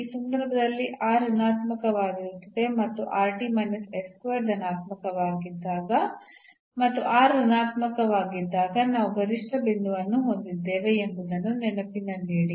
ಈ ಸಂದರ್ಭದಲ್ಲಿ r ಋಣಾತ್ಮಕವಾಗಿರುತ್ತದೆ ಮತ್ತು ಧನಾತ್ಮಕವಾಗಿದ್ದಾಗ ಮತ್ತು ಋಣಾತ್ಮಕವಾಗಿದ್ದಾಗ ನಾವು ಗರಿಷ್ಠ ಬಿಂದುವನ್ನು ಹೊಂದಿದ್ದೇವೆ ಎಂಬುದನ್ನು ನೆನಪಿನಲ್ಲಿಡಿ